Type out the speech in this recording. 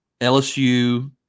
LSU